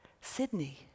Sydney